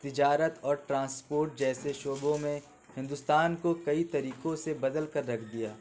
تجارت اور ٹرانسپورٹ جیسے شعبوں میں ہندوستان کو کئی طریقوں سے بدل کر رکھ دیا